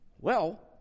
Well